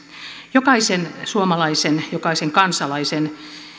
jokaisen suomalaisen jokaisen kansalaisen